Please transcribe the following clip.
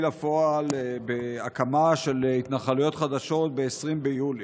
לפועל הקמה של התנחלויות חדשות ב-20 ביולי.